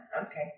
okay